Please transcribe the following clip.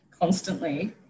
constantly